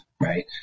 right